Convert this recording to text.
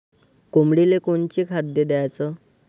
कोंबडीले कोनच खाद्य द्याच?